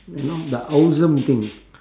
you know the awesome thing